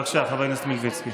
בבקשה, חבר הכנסת מלביצקי.